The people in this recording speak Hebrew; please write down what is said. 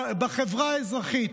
בחברה האזרחית.